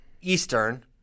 eastern